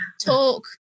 talk